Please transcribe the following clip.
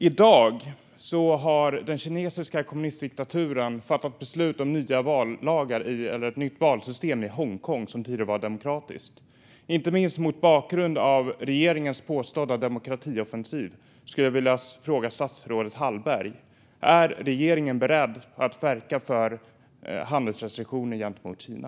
I dag har den kinesiska kommunistdiktaturen fattat beslut om ett nytt valsystem i Hongkong, som tidigare var demokratiskt. Inte minst mot bakgrund av regeringens påstådda demokratioffensiv frågar jag statsrådet Hallberg: Är regeringen beredd att verka för handelsrestriktioner mot Kina?